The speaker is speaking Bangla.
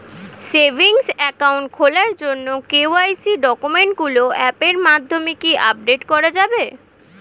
সেভিংস একাউন্ট খোলার জন্য কে.ওয়াই.সি ডকুমেন্টগুলো অ্যাপের মাধ্যমে কি আপডেট করা যাবে?